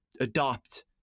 adopt